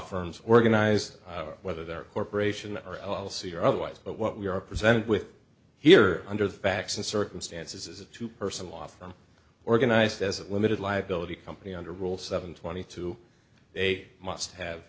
firms organize whether they're corporation or l l c or otherwise but what we are presented with here under the facts and circumstances is a two person law firm organized as a limited liability company under rule seven twenty two they must have